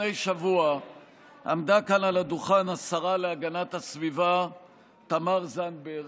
לפני שבוע עמדה כאן על הדוכן השרה להגנת הסביבה תמר זנדברג,